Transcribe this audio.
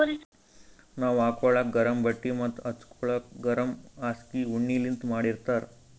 ನಾವ್ ಹಾಕೋಳಕ್ ಗರಮ್ ಬಟ್ಟಿ ಮತ್ತ್ ಹಚ್ಗೋಲಕ್ ಗರಮ್ ಹಾಸ್ಗಿ ಉಣ್ಣಿಲಿಂತ್ ಮಾಡಿರ್ತರ್